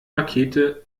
rakete